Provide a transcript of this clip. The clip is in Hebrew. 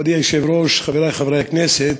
כבוד היושב-ראש, חברי חברי הכנסת,